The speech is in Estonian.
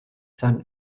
sun